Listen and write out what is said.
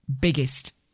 biggest